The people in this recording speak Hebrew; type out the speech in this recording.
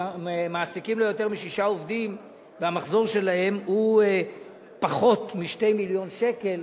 שמעסיקים לא יותר משישה עובדים והמחזור שלהם הוא פחות מ-2 מיליון שקל,